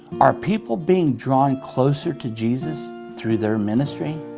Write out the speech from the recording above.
are people being drawn closer to jesus through their ministry?